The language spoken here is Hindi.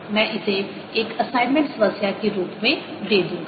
मैं इसे एक असाइनमेंट समस्या के रूप में दे दूंगा